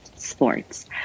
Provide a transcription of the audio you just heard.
sports